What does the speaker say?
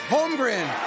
Holmgren